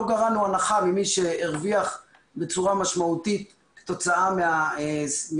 לא גרענו הנחה ממי שהרוויח בצורה משמעותית כתוצאה מהמצב,